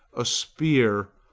a spear,